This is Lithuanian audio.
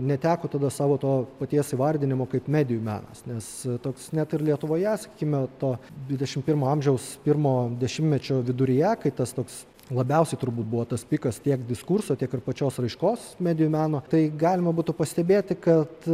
neteko tada savo to paties įvardinimo kaip medijų menas nes toks net ir lietuvoje sakykime to dvidešim pirmo amžiaus pirmo dešimmečio viduryje kai tas toks labiausiai turbūt buvo tas pikas tiek diskurso tiek ir pačios raiškos medijų meno tai galima būtų pastebėti kad